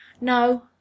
No